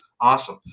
Awesome